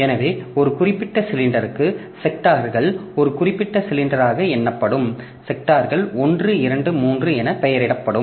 எனவே ஒரு குறிப்பிட்ட சிலிண்டருக்கு செக்டார்கள் ஒரு குறிப்பிட்ட சிலிண்டராக எண்ணப்படும் செக்டார்கள் 1 2 3 என பெயரிடப்படும்